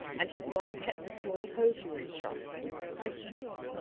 and his wife kept a small hosiery shop in high street.